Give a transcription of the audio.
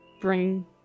bring